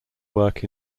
work